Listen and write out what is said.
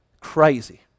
Crazy